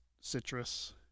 citrus